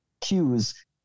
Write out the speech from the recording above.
cues